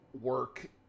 work